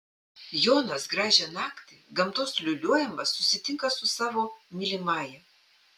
jonas gražią naktį gamtos liūliuojamas susitinka su savo mylimąja